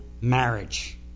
marriage